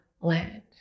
land